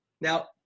Now